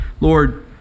Lord